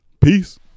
peace